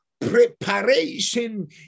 preparation